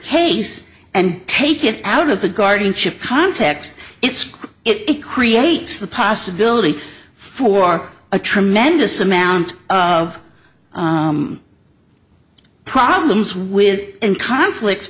case and take it out of the guardianship context it's it creates the possibility for a tremendous amount of problems with in conflicts